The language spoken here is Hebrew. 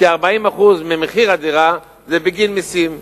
כ-40% ממחיר הדירה זה בגין מסים.